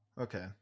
Okay